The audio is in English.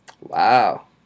Wow